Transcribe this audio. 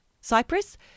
Cyprus